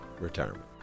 retirement